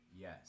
Yes